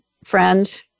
friend